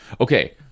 Okay